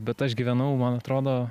bet aš gyvenau man atrodo